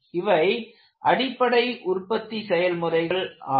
இவை அடிப்படை உற்பத்தி செயல்முறைகள் ஆகும்